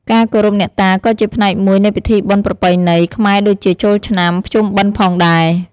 ការគោរពអ្នកតាក៏ជាផ្នែកមួយនៃពិធីបុណ្យប្រពៃណី ខ្មែរដូចជាចូលឆ្នាំ ភ្ជុំបិណ្ឌផងដែរ។